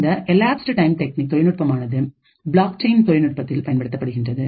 இந்த elapsed time டெக்னிக்தொழில்நுட்பமானது blockchain தொழில்நுட்பத்தில் பயன்படுத்தப்படுகின்றது